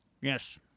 yes